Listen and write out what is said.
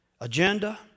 agenda